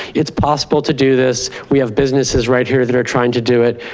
it's possible to do this, we have businesses right here that are trying to do it.